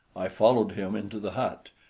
i followed him into the hut,